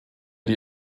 die